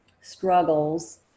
struggles